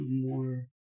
more